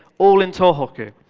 all in tohoku!